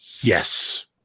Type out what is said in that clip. Yes